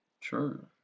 True